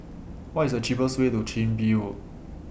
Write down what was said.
What IS The cheapest Way to Chin Bee Road